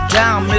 down